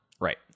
Right